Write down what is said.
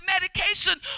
medication